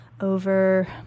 over